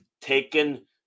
taken